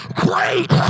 great